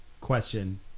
Question